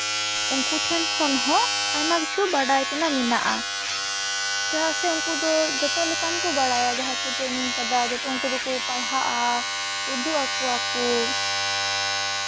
ᱩᱱᱠᱩ ᱴᱷᱮᱱ ᱦᱚᱸ ᱟᱭᱢᱟ ᱠᱤᱪᱷᱩ ᱵᱟᱰᱟᱭ ᱛᱮᱱᱟᱜ ᱢᱮᱱᱟᱜᱼᱟ ᱪᱮᱫᱟᱜ ᱥᱮ ᱩᱱᱠᱩ ᱫᱚ ᱡᱚᱛᱚ ᱞᱮᱠᱟᱱ ᱠᱚ ᱵᱟᱲᱟᱭᱟ ᱡᱟᱦᱟᱸ ᱠᱚ ᱴᱨᱮᱱᱤᱝ ᱠᱟᱫᱟ ᱡᱚᱛᱚ ᱠᱚ ᱯᱟᱲᱦᱟᱜᱼᱟ ᱩᱫᱩᱜ ᱟᱠᱚᱣᱟ ᱠᱚ